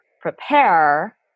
prepare